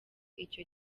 icyo